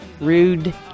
Rude